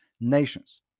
Nations